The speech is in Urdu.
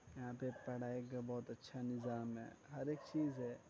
یہاں پہ پڑھائی کا بہت اچھا نظام ہے ہر ایک چیز ہے